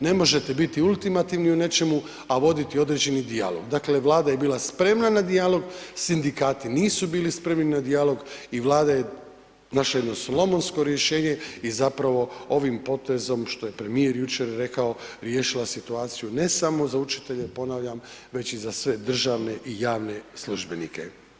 Ne možete biti ultimativni u nečemu a voditi određeni dijalog, dakle Vlada je bila spremna na dijalog, sindikati nisu bili spremni na dijalog i Vlada je našla jedno slonovsko rješenje i zapravo ovim potezom što je premijer jučer rekao, riješila situaciju ne samo za učitelje ponavljam, već i za sve državne i javne službenike.